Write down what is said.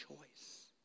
Choice